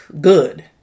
good